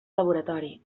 laboratori